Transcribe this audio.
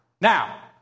Now